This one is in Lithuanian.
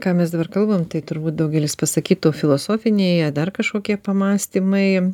ką mes dabar kalbam tai turbūt daugelis pasakytų filosofiniai ar dar kažkokie pamąstymai